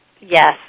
Yes